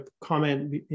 comment